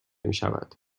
میشود